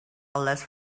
less